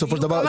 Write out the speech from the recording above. בסופו של דבר...